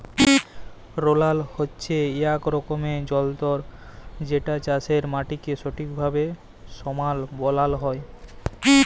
roller হছে ইক রকমের যল্তর যেটতে চাষের মাটিকে ঠিকভাবে সমাল বালাল হ্যয়